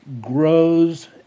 grows